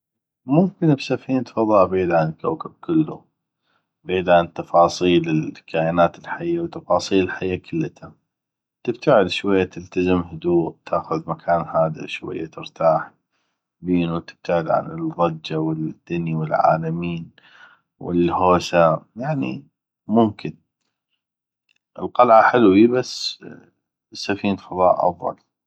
ممكن بسفينة فضاء بعيد عن الكوكب كلو بعيد عن التفاصيل الكائنات الحية وتفاصيل الحيه كلته تبتعد شويه تلتزم هدوء تاخذ مكان هادئ ترتاح بينو تبتعد عن الضجه والدني والعالمين والهوسه يعني ممكن القلعة حلوي بس سفينة فضاء افضل